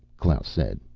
klaus said.